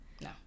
No